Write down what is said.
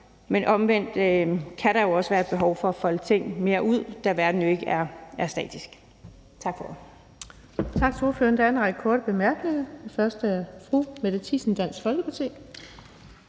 men omvendt kan der også være et behov for at folde tingene mere ud, da verden jo ikke er statisk. Tak for